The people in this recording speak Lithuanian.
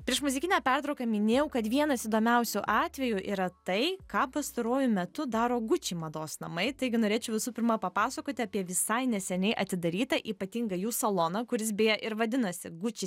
prieš muzikinę pertrauką minėjau kad vienas įdomiausių atvejų yra tai ką pastaruoju metu daro gucci mados namai taigi norėčiau visų pirma papasakoti apie visai neseniai atidarytą ypatingą jų saloną kuris beje ir vadinasi gucci